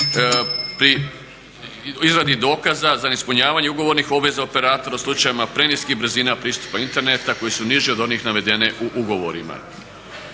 pri izradi dokaza za neispunjavanje ugovornih obveznih operatoru u slučaju preniskih brzina pristupa interneta koji su niži od onih navedene u ugovorima.